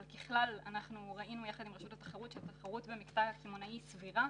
אבל ככלל אנחנו ראינו יחד עם רשות התחרות שהתחרות במקטע לקמעונאי סבירה.